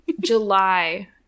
July